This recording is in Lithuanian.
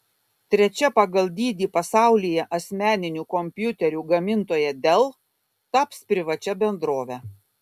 trečia pagal dydį pasaulyje asmeninių kompiuterių gamintoja dell taps privačia bendrove